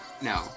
No